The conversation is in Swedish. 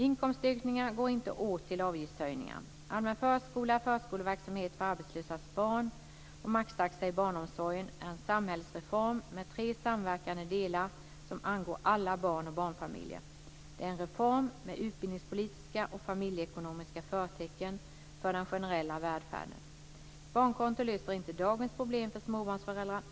Inkomstökningar går inte åt till avgiftshöjningar. Allmän förskola, förskoleverksamhet för arbetslösas barn och maxtaxa i barnomsorgen är en samhällsreform med tre samverkande delar som angår alla barn och barnfamiljer. Det är en reform med utbildningspolitiska och familjeekonomiska förtecken för den generella välfärden. Ett barnkonto löser inte dagens problem för småbarnsföräldrar.